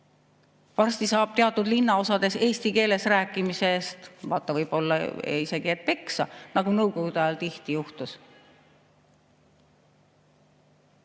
Varsti saab teatud linnaosades eesti keeles rääkimise eest võib-olla isegi peksa, nagu Nõukogude ajal tihti juhtus.Me